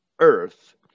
earth